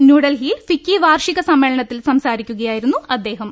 ന്യൂഡൽഹിയിൽ ഫിക്കി വാർഷിക സമ്മേളനത്തിൽ സംസാരിക്കുകയായിരുന്നു അദ്ദേഹം